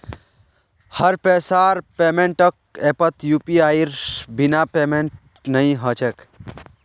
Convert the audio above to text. हर पैसार पेमेंटक ऐपत यूपीआईर बिना पेमेंटेर नइ ह छेक